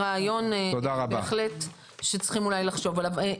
זה רעיון בהחלט שצריכים אולי לחשוב עליו.